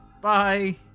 Bye